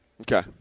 Okay